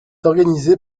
organisée